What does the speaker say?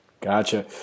Gotcha